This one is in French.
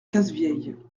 cazevieille